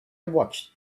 watched